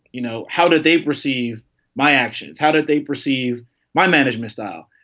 you know, how did they perceive my actions? how did they perceive my management style?